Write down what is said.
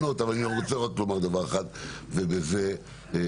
אבל אני רוצה לומר עוד דבר אחד ובזה לסיים: